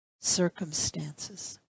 circumstances